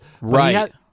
Right